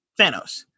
thanos